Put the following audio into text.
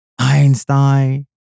Einstein